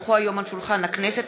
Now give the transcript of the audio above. כי הונחו היום על שולחן הכנסת,